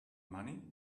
money